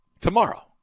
tomorrow